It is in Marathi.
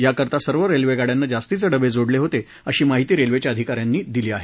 याकरता सर्व रेल्वेगाडयांना जास्तीचे डबे जोडले होते अशी माहिती रेल्वेच्या अधिका यांनी दिली आहे